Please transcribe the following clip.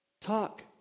talk